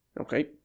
Okay